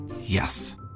Yes